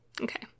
Okay